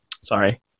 Sorry